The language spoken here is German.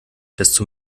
desto